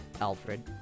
Alfred